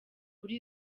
kuri